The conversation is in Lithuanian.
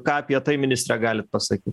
ką apie tai ministre galit pasakyt